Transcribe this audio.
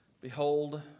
Behold